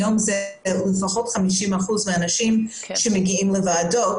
היום לפחות 50 אחוזים מהאנשים שמגיעים לוועדות